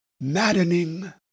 maddening